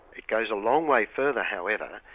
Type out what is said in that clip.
it goes a long way further, however,